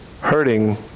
hurting